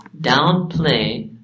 downplay